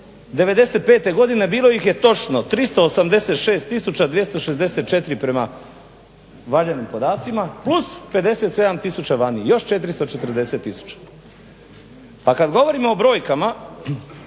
'95. godine bilo ih je točno 386 tisuća 264 prema valjanim podacima plus 57 tisuća vani, još 440 tisuća. Pa kad govorimo o brojkama